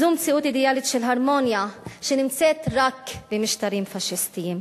זו מציאות אידיאלית של הרמוניה שנמצאת רק במשטרים פאשיסטיים.